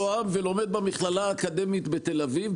קח סטודנט שגר בשוהם ולומד במכללה האקדמית בתל אביב,